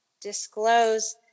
disclose